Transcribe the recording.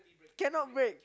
cannot break